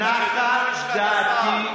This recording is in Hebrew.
נחה דעתי,